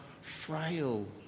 frail